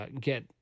get